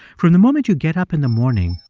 from the moment you get up in the morning,